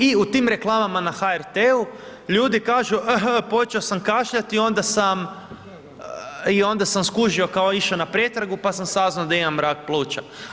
I u tim reklamama na HRT-u ljudi kažu hmm, počeo sam kašljati, onda sam, i onda sam skužio kao, išao na pretragu, pa sam saznao da imam rak pluća.